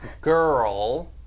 girl